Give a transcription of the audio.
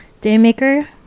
Daymaker